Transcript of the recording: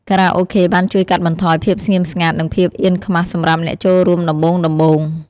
ខារ៉ាអូខេបានជួយកាត់បន្ថយភាពស្ងៀមស្ងាត់ និងភាពអៀនខ្មាសសម្រាប់អ្នកចូលរួមដំបូងៗ។